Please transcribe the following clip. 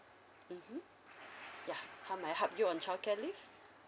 mmhmm ya how may I help you on childcare leave